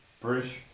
british